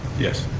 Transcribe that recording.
yes.